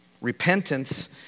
Repentance